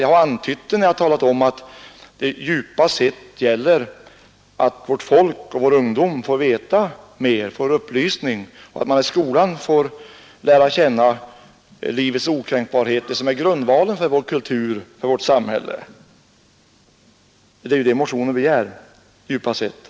Jag har antytt en sådan, när jag talat om att det djupast sett gäller att vårt folk, särskilt ungdomen, får veta mer; att man i skolan får lära sig känna livets okränkbarhet, det som är grundvalen för vår kultur och vårt samhälle. Det är vad motionen begär, djupast sett.